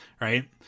right